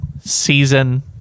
season